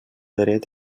dret